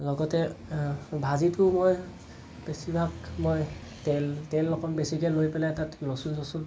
লগতে ভাজিটো মই বেছিভাগ মই তেল তেল অকণ বেছিকৈ লৈ পেলাই তাত ৰচুন চচুন